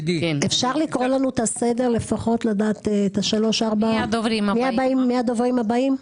אפשר לומר לנו מי הדוברים הבאים?